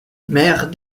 maires